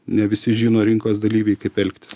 ne visi žino rinkos dalyviai kaip elgtis